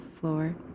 floor